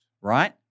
Right